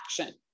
action